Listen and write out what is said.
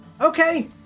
Okay